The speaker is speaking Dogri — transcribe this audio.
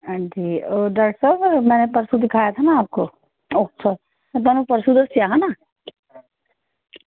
जी ओह् डॉक्टर साहब मैनें परसों दिखाया था ना आपको ओहो में तुसेंगी परसों दस्सेआ हा ना